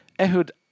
Ehud